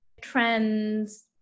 trends